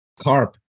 Carp